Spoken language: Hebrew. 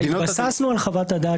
להגיע אליה במצב שאין חוקה וזה בסדר גמור.